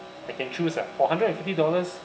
I can choose ah for hundred and fifty dollars